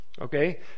Okay